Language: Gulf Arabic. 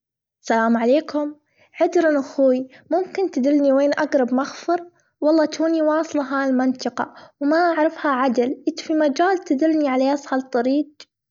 سلام عليكم عذرًا أخوي ممكن تدلني وين أجرب مخفر؟ والله توني واصلة هالمنطقة ما أعرفها عدل إذ في مجال تدلني علي أسهل طريج؟